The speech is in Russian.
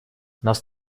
нас